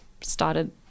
started